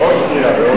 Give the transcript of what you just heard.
באוסטריה.